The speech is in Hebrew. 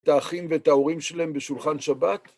את האחים שלהם ואת ההורים שלהם בשולחן שבת.